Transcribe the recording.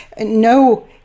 No